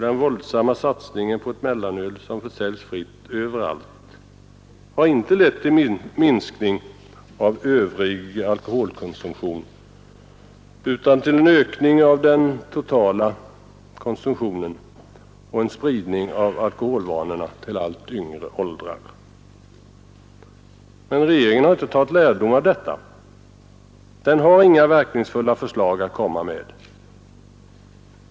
Den våldsamma satsningen på ett mellanöl som försäljs fritt överallt har inte lett till någon minskning av övrig alkoholkonsumtion utan till en ökning av den totala konsumtionen och till en spridning av alkoholvanorna till allt lägre åldrar. Regeringen har inte tagit lärdom av detta. Den har inga verkningsfulla förslag att komma med.